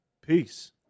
Peace